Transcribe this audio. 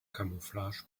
camouflage